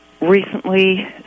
Recently